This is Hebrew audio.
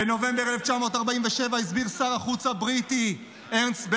בנובמבר 1947 הסביר שר החוץ הבריטי ארנסט